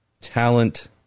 talent